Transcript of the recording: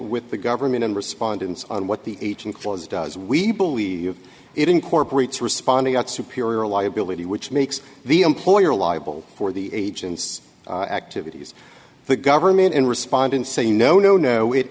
with the government and respondents on what the h in clause does we believe it incorporates responding out superior a liability which makes the employer liable for the agent's activities the government in responding say no no no it